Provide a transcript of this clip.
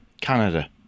Canada